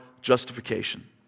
justification